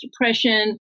depression